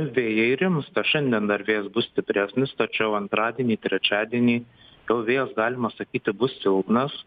vėjai rimsta šiandien dar vėjas bus stipresnis tačiau antradienį trečiadienį jau vėjas galima sakyti bus silpnas